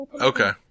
Okay